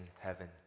heaven